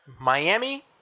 Miami